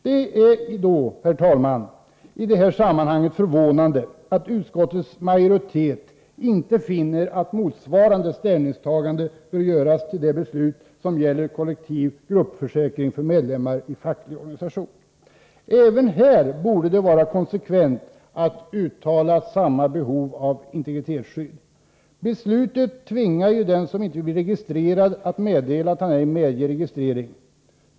Det är, herr talman, i detta sammanhang förvånande att utskottets majoritet inte finner att motsvarande ställningstagande bör göras till det beslut som gäller kollektiv gruppförsäkring för medlemmar i en facklig organisation. Även här borde det vara konsekvent att uttala samma behov av integritetsskydd. Beslutet tvingar ju den som inte vill bli registrerad att meddela att han ej medger registrering.